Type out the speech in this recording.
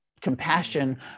compassion